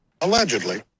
Allegedly